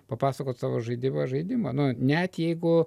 papasakot savo žaidimą žaidimą nu net jeigu